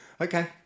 Okay